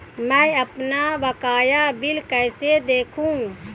मैं अपना बकाया बिल कैसे देखूं?